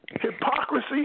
Hypocrisy